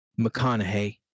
McConaughey